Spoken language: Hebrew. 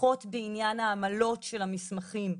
לפחות בעניין העמלות של המסמכים,